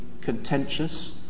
contentious